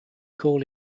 call